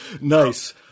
Nice